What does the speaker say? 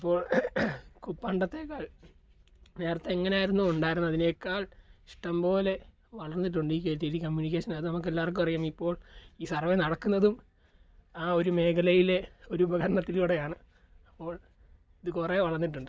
അപ്പോൾ പണ്ടത്തേക്കാൾ നേരത്തെ എങ്ങനെയായിരുന്നു ഉണ്ടായിരുന്നതിനേക്കാൾ ഇഷ്ടം പോലെ വളർന്നിട്ടുണ്ട് E K T D communication ഇപ്പോൾ ഈ സർവ്വേ നടക്കുന്നതും ആ ഒരു മേഖലയിലെ ഒരു ഉപകരണത്തിലൂടെയാണ് അപ്പോൾ ഇത് കുറെ വളർന്നിട്ടുണ്ട്